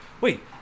wait